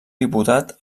diputat